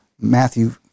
Matthew